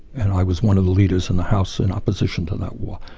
and i was one of the leaders in the house in opposition to that war.